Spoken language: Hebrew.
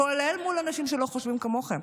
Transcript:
כולל מול אנשים שלא חושבים כמוכם,